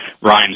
Ryan